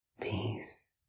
peace